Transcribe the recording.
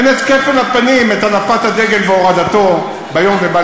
אין כפל הפנים, את הנפת הדגל ביום והורדתו ובלילה.